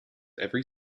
every